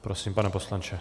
Prosím, pane poslanče.